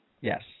Yes